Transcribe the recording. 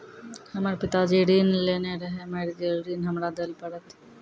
हमर पिताजी ऋण लेने रहे मेर गेल ऋण हमरा देल पड़त?